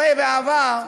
הרי בעבר,